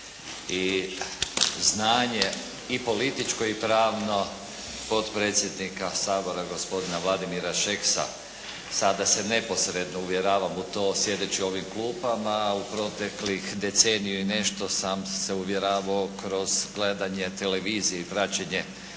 i znanje i političko i pravno potpredsjednika Sabora gospodina Vladimira Šeksa. Sada se neposredno uvjeravam u to sjedeći u ovim klupama. U proteklih decenije i nešto sam se uvjeravao kroz gledanje televizije i praćenje